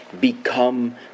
become